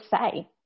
say